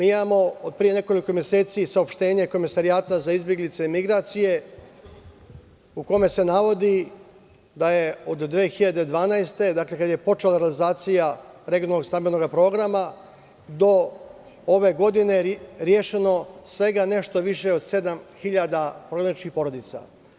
Imamo od pre nekoliko meseci saopštenje Komesarijata za izbeglice i migracije, u kome se navodi da je od 2012. godine, kada je počela realizacija regionalnog stambenog programa, do ove godine rešeno svega nešto više od 7000 prognaničkih porodica.